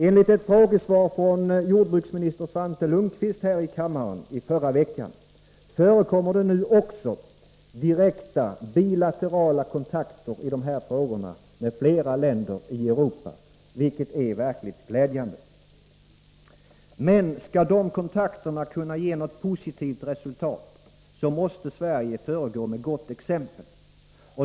Enligt ett frågesvar från jordbruksminister Svante Lundkvist här i kammaren i förra veckan förekommer det nu också direkta, bilaterala kontakter i dessa frågor med flera länder i Europa, vilket är verkligt glädjande. Men skall dessa kontakter kunna ge något positivt resultat, måste Sverige föregå med gott exempel.